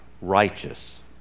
righteous